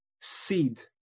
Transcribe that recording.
seed